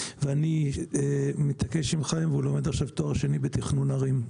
ואני מתעקש עם חיים והוא לומד עכשיו תואר שני בתכנון ערים.